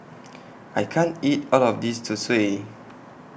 I can't eat All of This Zosui